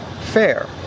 fair